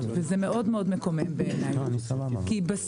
וזה מאוד-מאוד מקומם בעיני כי בסוף,